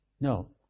No